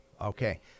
Okay